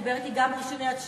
דיבר אתי גם ראש עיריית שלומי,